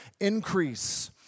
increase